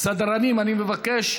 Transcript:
סדרנים, אני מבקש,